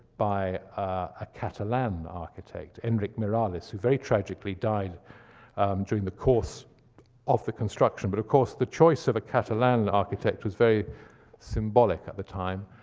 by a catalan architect, enric miralles, who very tragically died during the course of the construction. but of course, the choice of a catalan architect was very symbolic at the time,